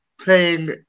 playing